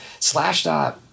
Slashdot